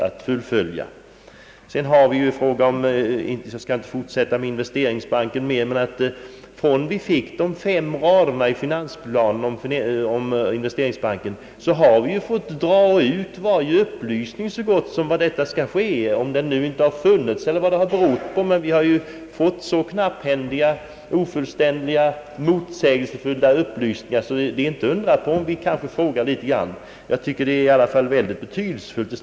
Jag skall inte vidare gå in på frågan om inwvesteringsbanken, men jag vill påpeka att vi sedan de fem raderna om denna i finansplanen publicerades har fått pressa ut varje upplysning om vad som skall ske i denna fråga. Jag vet inte vad detta kan bero på. Vi har fått så knapphändiga, ofullständiga och motsägelsefyllda upplysningar att det inte är underligt att vi litet till mans ställer oss frågande.